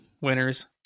winners